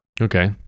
Okay